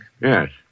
Yes